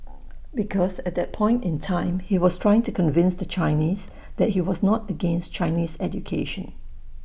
because at that point in time he was trying to convince the Chinese that he was not against Chinese education